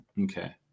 okay